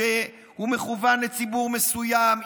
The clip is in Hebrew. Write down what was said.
שהוא מכוון לציבור מסוים,